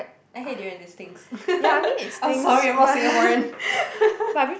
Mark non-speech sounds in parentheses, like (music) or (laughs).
I hate durian it stinks (laughs) I'm sorry I'm not Singaporean (laughs)